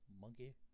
Monkey